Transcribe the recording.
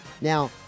Now